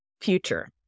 future